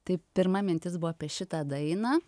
tai pirma mintis buvo apie šitą dainą